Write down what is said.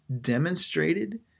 demonstrated